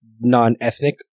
non-ethnic